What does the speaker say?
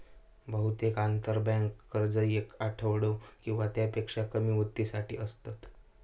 बहुतेक आंतरबँक कर्ज येक आठवडो किंवा त्यापेक्षा कमी मुदतीसाठी असतत